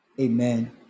Amen